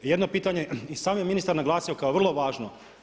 Jedno pitanje i sam je ministar naglasio kao vrlo važno.